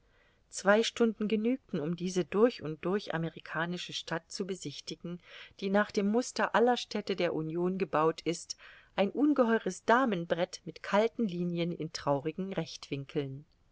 zwei stunden genügten um diese durch und durch amerikanische stadt zu besichtigen die nach dem muster aller städte der union gebaut ist ein ungeheures damenbrett mit kalten linien in traurigen